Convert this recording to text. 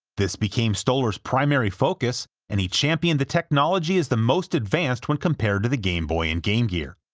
this became stolar's primary focus, and he championed the technology as the most advanced when compared to the game boy and game gear.